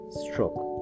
stroke